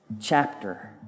Chapter